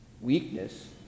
weakness